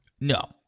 No